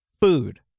Food